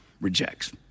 rejects